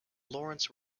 lawrence